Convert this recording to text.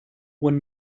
one